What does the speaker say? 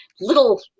little